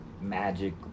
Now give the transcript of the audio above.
magic